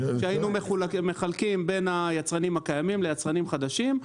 והיינו מחלקים בין יצרנים קיימים ליצרנים חדשים.